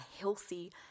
healthy